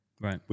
Right